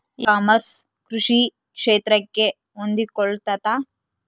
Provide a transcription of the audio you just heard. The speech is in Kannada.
ಇ ಕಾಮರ್ಸ್ ಕೃಷಿ ಕ್ಷೇತ್ರಕ್ಕೆ ಹೊಂದಿಕೊಳ್ತೈತಾ?